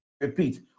repeat